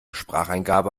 spracheingabe